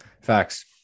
Facts